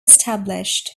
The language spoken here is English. established